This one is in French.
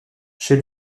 chez